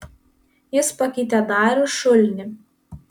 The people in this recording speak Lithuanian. jis pakeitė darių šulnį